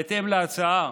בהתאם להצעה,